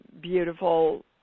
beautiful